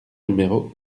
numéro